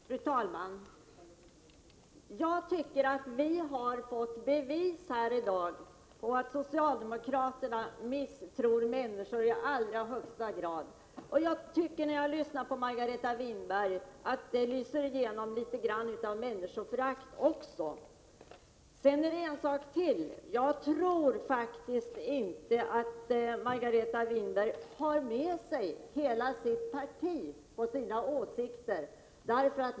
Fru talman! Jag tycker att vi i dag har fått bevis på att socialdemokraterna i allra högsta grad misstror människor. När jag lyssnar på Margareta Winberg tycker jag också att människoföraktet litet grand lyser igenom. En sak till: Jag tror faktiskt inte att Margareta Winberg har med sig hela sitt parti.